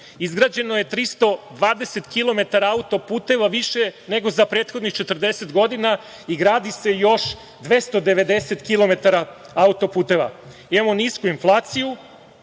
Izgrađeno je 320 kilometara autoputeva više nego za prethodnih 40 godina i gradi se još 290 kilometara autoputeva. Imamo nisku inflaciju,